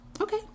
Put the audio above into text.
okay